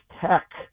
Tech